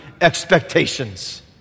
expectations